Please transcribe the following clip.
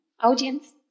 audience